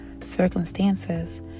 circumstances